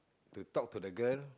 to talk to the girl